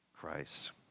Christ